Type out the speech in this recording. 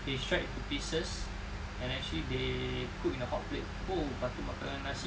they shred into pieces and actually they cook in a hotplate !fuh! lepas tu makan dengan nasi